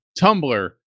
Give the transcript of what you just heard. Tumblr